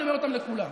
אני אומר אותם לכולם.